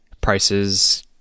prices